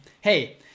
hey